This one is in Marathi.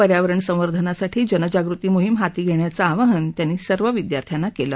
पर्यावरण संवर्धनासाठी जनजागृती मोहीम हाती घेण्याचं आवाहन त्यांनी सर्व विद्यार्थ्यांना केलं